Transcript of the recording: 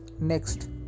Next